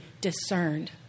discerned